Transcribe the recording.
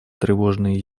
тревожные